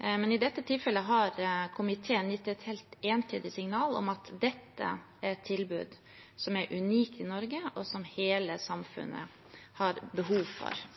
Men i dette tilfellet har komiteen gitt et helt entydig signal om at dette er et tilbud som er unikt i Norge, og som hele samfunnet har behov for.